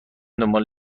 دنبال